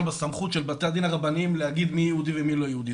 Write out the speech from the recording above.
בסמכות של בתי הדין הרבנים להגיד מי יהודי ומי לא יהודי,